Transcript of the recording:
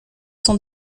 sont